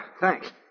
Thanks